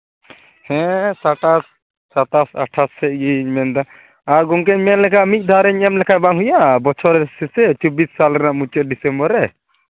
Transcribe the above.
ᱦᱮᱸ ᱥᱟᱛᱟᱥ ᱥᱟᱛᱟᱥ ᱟᱴᱷᱟᱥ ᱥᱮᱫ ᱜᱤᱧ ᱢᱮᱱᱫᱟ ᱟᱨ ᱜᱚᱢᱠᱮᱧ ᱢᱮᱱ ᱞᱮᱠᱷᱟᱡ ᱢᱤᱫ ᱫᱷᱟᱣ ᱨᱤᱧ ᱮᱢ ᱞᱮᱠᱷᱟᱡ ᱵᱟᱝ ᱦᱩᱭᱩᱜᱼᱟ ᱵᱚᱪᱷᱚᱨ ᱥᱮᱥᱮ ᱪᱚᱵᱵᱤᱥ ᱥᱟᱞ ᱨᱮᱱᱟᱜ ᱢᱩᱪᱟᱹᱫ ᱰᱤᱥᱚᱢᱵᱚᱨ ᱨᱮ